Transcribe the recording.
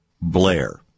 Blair